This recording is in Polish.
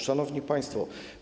Szanowni Państwo!